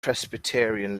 presbyterian